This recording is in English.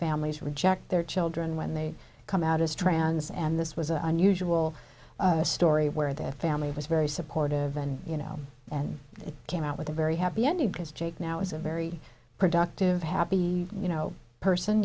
families reject their children when they come out as trans and this was an unusual story where the family was very supportive and you know and it came out with a very happy ending because jake now is a very productive happy you know person